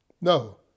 No